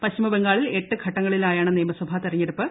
പശ്ചിമ ബംഗാളിൽ എട്ട് ഘട്ടങ്ങളിലായാണ് നിയമസഭാ തെരഞ്ഞെടുപ്പ്